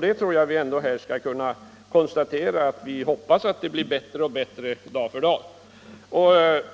Vi hoppas ändå att det skall bli bättre och bättre dag för dag.